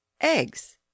eggs